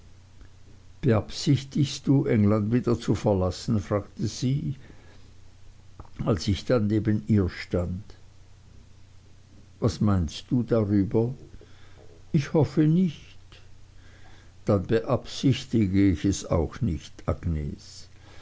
beabsichtigst du england wieder zu verlassen fragte sie mich als ich dann neben ihr stand was meinst du darüber ich hoffe nicht dann beabsichtige ich es auch nicht agnes